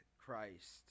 Christ